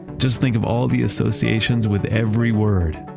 just think of all the associations with every word.